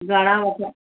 घणा वठ